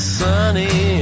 sunny